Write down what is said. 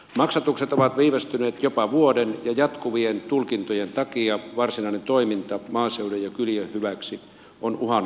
maksatukset ovat viivästyneet jopa vuoden ja jatkuvien tulkintojen takia varsinainen toiminta maaseudun ja kylien hyväksi on uhannut pysähtyä